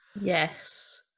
Yes